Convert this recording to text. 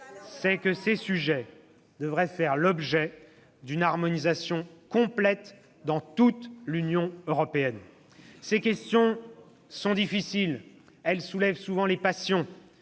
c'est que ces sujets devraient faire l'objet d'une harmonisation complète dans l'Union européenne. « Ces questions sont difficiles. Elles soulèvent les passions.